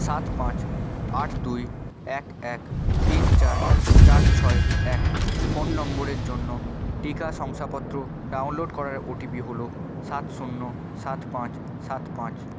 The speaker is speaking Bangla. সাত পাঁচ আট দুই এক এক তিন চার চার ছয় এক ফোন নম্বরের জন্য টিকা শংসাপত্র ডাউনলোড করার ওটিপি হল সাত শূন্য সাত পাঁচ সাত পাঁচ